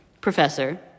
Professor